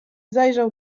zajrzał